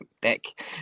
Dick